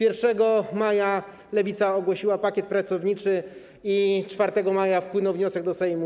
1 maja Lewica ogłosiła pakiet pracowniczy i 4 maja wpłynął wniosek do Sejmu.